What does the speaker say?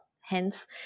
hence